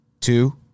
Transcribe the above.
two